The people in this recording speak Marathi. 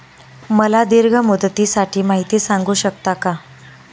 मला दीर्घ मुदतीसाठी माहिती सांगू शकता का?